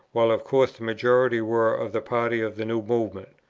while of course the majority were of the party of the new movement.